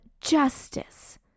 justice